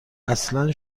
اصلا